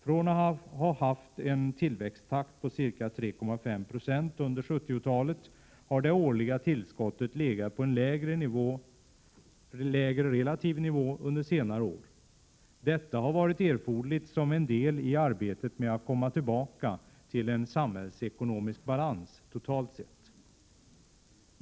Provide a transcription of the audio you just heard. Från att ha haft en tillväxttakt på ca 3,5 96 under 70-talet har det årliga tillskottet legat på en lägre relativ nivå under senare år. Detta har varit erforderligt som en del i arbetet att komma tillbaka till en samhällsekono = Prot. 1987/88:136 misk balans totalt sett.